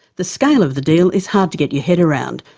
the scale of the deal is hard to get your head around.